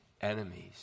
enemies